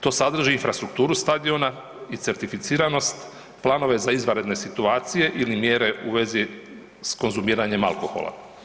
To sadrži infrastrukturu stadiona i certificiranost, planove za izvanredne situacije ili mjere u vezi s konzumiranjem alkohola.